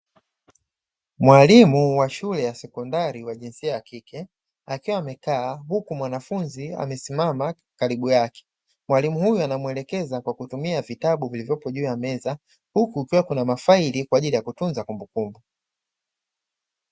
Mwalimu wa shule ya sekondari wa jinsia ya kike akiwa akiwa amekaa huku mwanafunzi akiwa amesimama karibu yake. Mwalimu huyu anamuelekeza kwa kutumia vitabu vilivyopo juu ya meza huku kukiwa na mafaili kwa ajili ya kutunza kumbukumbu.